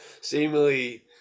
seemingly